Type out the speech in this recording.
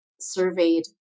surveyed